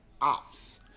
Ops